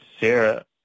Sarah